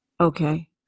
Okay